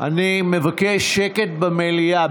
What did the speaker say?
אני מבקש שקט במליאה.